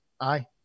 aye